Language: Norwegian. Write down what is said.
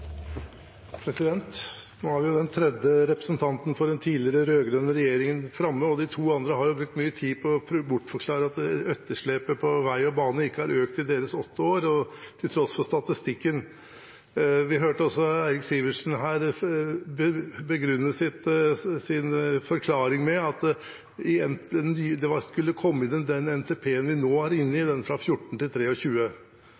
for den tidligere rød-grønne regjeringen framme. De to andre har brukt mye tid på å bortforklare at etterslepet på vei og bane økte i deres åtte år, til tross for statistikken. Vi hørte også Eirik Sivertsen her begrunne sin forklaring med at det skulle komme i NTP-en for den perioden vi nå er inne i,